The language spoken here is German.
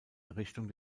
errichtung